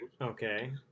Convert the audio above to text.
Okay